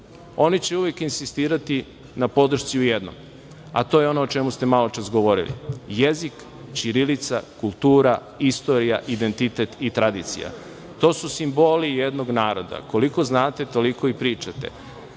oni će uvek insistirati na podršci u jednom, a to je ono o čemu ste maločas govorili, jezik ćirilica, kultura, istorija, identitet i tradicija. To su simboli jednog naroda. Koliko znate, toliko i pričate,